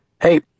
Hey